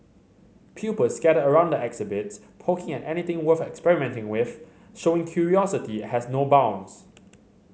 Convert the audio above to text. pupils scattered around the exhibits poking at anything worth experimenting with showing curiosity has no bounds